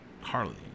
Harley